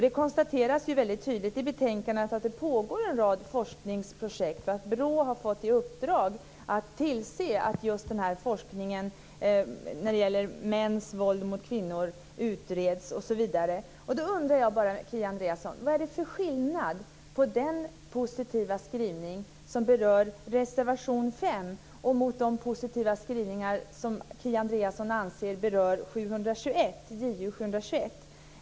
Det konstateras ju väldigt tydligt i betänkandet att det pågår en rad forskningsprojekt och att BRÅ har fått i uppdrag att tillse att just forskningen om mäns våld mot kvinnor utreds osv. Då undrar jag bara, Kia Andreasson, vad det är för skillnad mellan den positiva skrivning som berör reservation 5 och de positiva skrivningar som Kia Andreasson anser berör motion Ju721.